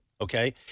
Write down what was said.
Okay